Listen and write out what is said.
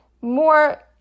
more